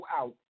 out